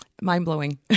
Mind-blowing